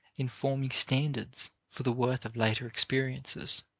in forming standards for the worth of later experiences.